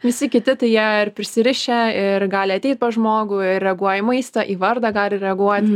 visi kiti tai jie ir prisirišę ir gali ateit pas žmogų ir reaguoja į maistą į vardą gali reaguot